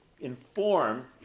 informs